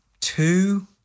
two